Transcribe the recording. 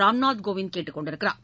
ராம்நாத் கோவிந்த் கேட்டுக் கொண்டுள்ளார்